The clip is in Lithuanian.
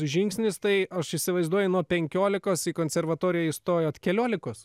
žingsnis tai aš įsivaizduoju nuo penkiolikos konservatorijoj įstojot keliolikos